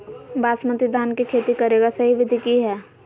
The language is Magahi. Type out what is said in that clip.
बासमती धान के खेती करेगा सही विधि की हय?